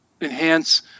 enhance